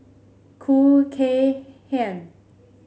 Khoo Kay Hian